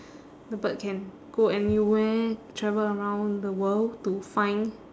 the bird can go anywhere travel around the world to find